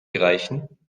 reichen